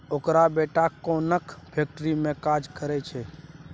ओकर बेटा ओनक फैक्ट्री मे काज करय छै